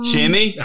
Jimmy